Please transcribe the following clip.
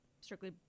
strictly